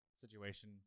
situation